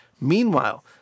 Meanwhile